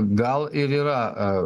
gal ir yra